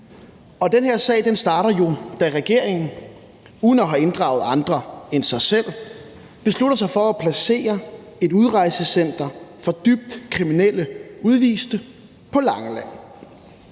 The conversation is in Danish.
Den her sag starter jo, da regeringen uden at have inddraget andre end sig selv beslutter sig for at placere et udrejsecenter for dybt kriminelle udviste på Langeland.